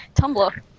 Tumblr